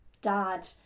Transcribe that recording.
dad